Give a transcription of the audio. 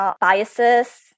biases